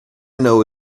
know